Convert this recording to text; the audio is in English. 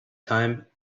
time